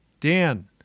Dan